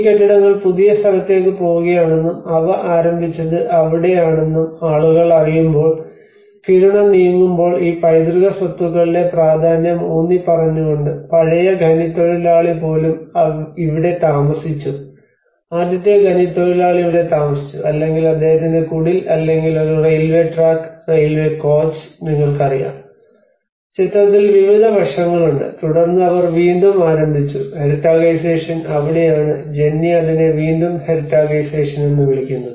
ഈ കെട്ടിടങ്ങൾ പുതിയ സ്ഥലത്തേക്ക് പോകുകയാണെന്നും അവ ആരംഭിച്ചത് അവിടെയാണെന്നും ആളുകൾ അറിയുമ്പോൾ കിരുണ നീങ്ങുമ്പോൾ ഈ പൈതൃക സ്വത്തുക്കളുടെ പ്രാധാന്യം ഊന്നിപ്പറഞ്ഞുകൊണ്ട് പഴയ ഖനിത്തൊഴിലാളി പോലും ഇവിടെ താമസിച്ചു ആദ്യത്തെ ഖനിത്തൊഴിലാളി ഇവിടെ താമസിച്ചു അല്ലെങ്കിൽ അദ്ദേഹത്തിന്റെ കുടിൽ അല്ലെങ്കിൽ ഒരു റെയിൽവേ ട്രാക്ക് റെയിൽവേ കോച്ച് നിങ്ങൾക്കറിയാം ചിത്രത്തിൽ വിവിധ വശങ്ങളുണ്ട് തുടർന്ന് അവർ വീണ്ടും ആരംഭിച്ചു ഹെറിറ്റാഗൈസേഷൻ അവിടെയാണ് ജെന്നി അതിനെ വീണ്ടും ഹെറിറ്റാഗൈസേഷൻ എന്ന് വിളിക്കുന്നത്